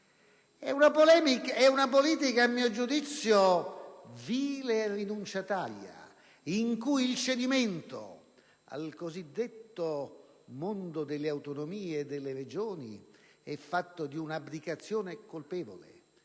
È una politica, a mio giudizio, vile e rinunciataria, in cui il cedimento al cosiddetto mondo delle autonomie e delle Regioni è fatto di un'abdicazione colpevole,